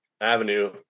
avenue